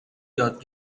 یاد